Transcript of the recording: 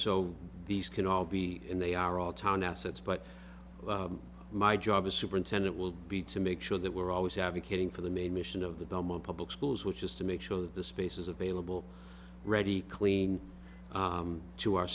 so these can all be and they are all town assets but my job as a superintendent will be to make sure that we're always advocating for the main mission of the belmont public schools which is to make sure that the spaces available ready clean to our